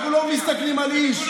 אנחנו לא מסתכלים על איש,